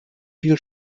viel